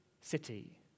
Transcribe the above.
city